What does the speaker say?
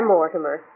Mortimer